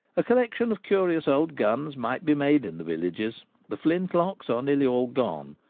a collection of curious old guns might be made in the villages the flint-locks are nearly all gone,